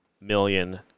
million